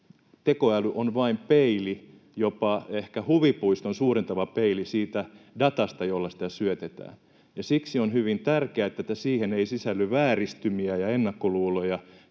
tekoäly on vain peili, jopa ehkä huvipuiston suurentava peili, siitä datasta, jolla sitä syötetään. Ja siksi on hyvin tärkeää, että siihen ei sisälly vääristymiä ja ennakkoluuloja,